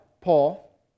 Paul